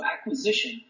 acquisition